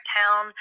town